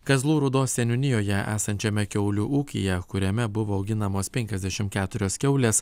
kazlų rūdos seniūnijoje esančiame kiaulių ūkyje kuriame buvo auginamos penkiasdešim keturios kiaulės